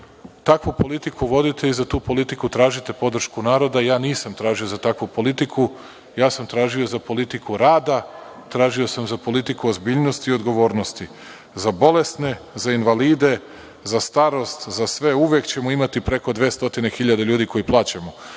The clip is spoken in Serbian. Takvu politiku vodite i za tu politiku tražite podršku naroda. Ja nisam tražio za takvu politiku, već sam tražio za politiku rada, tražio sam za politiku ozbiljnosti i odgovornosti, za bolesne, invalide, za starost, za sve uvek ćemo imati preko 200 hiljade ljudi koje plaćamo.Za